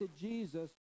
Jesus